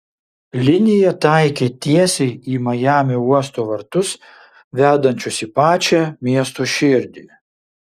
linija taikė tiesiai į majamio uosto vartus vedančius į pačią miesto širdį